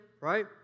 right